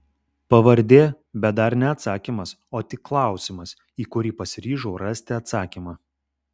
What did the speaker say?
pavardė bet dar ne atsakymas o tik klausimas į kurį pasiryžau rasti atsakymą